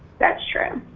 that's true.